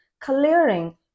clearing